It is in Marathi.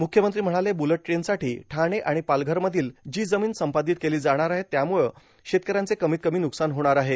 मुख्यमंत्री म्हणाले बुलेट ट्रेनसाठी ठाणे आणि पालघरमधील जी जमीन संपादित केली जाणार आहे त्यामुळं शेतकऱ्यांचे कमीत कमी व्रकसान होणार आहे